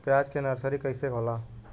प्याज के नर्सरी कइसे होला?